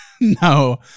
no